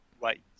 right